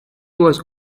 was